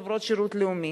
עוברות שירות לאומי,